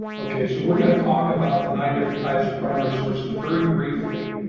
okay, so we're going to talk about the nine different types of primary sources, very briefly.